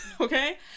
Okay